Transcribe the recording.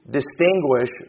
distinguish